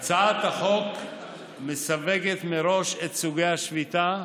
הצעת החוק מסווגת מראש את סוג השביתה,